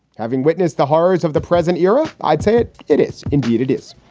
having witnessed the horrors of the present era, i'd say it it is. indeed it is.